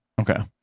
Okay